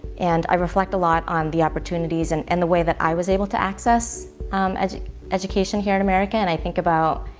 and i reflect a lot on the opportunities and and the way that i was able to access education here in america. and i think about